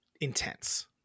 intense